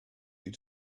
you